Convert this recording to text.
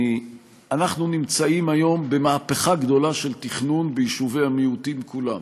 אנחנו נמצאים היום במהפכה גדולה של תכנון ביישובי המיעוטים כולם,